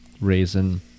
raisin